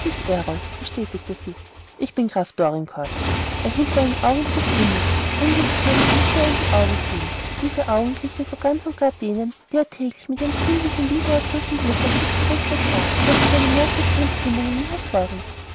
bestätigte sie ich bin graf dorincourt er hielt einen augenblick inne unwillkürlich mußte er ihr in die augen sehen diese augen glichen so ganz und gar denen die er täglich mit ihrem kindlich liebeerfüllten blick auf sich gerichtet sah daß es eine merkwürdige empfindung in ihm hervorrief